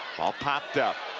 ball popped up.